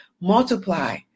multiply